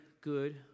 good